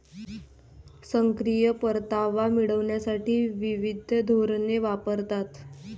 सक्रिय परतावा मिळविण्यासाठी विविध धोरणे वापरतात